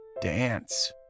dance